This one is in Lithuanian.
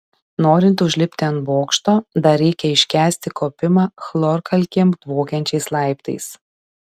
norint užlipti ant bokšto dar reikia iškęsti kopimą chlorkalkėm dvokiančiais laiptais